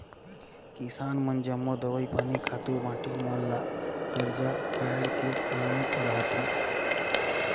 किसान मन जम्मो दवई पानी, खातू माटी मन ल करजा काएढ़ के लाएन रहथें